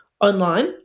online